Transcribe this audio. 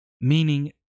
Meaning